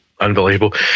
unbelievable